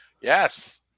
Yes